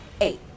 eight